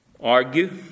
argue